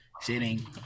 sitting